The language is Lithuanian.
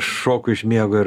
šoku iš miego ir